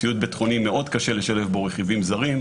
ציוד ביטחוני מאוד קשה לשלב בו רכיבים זרים,